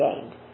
gained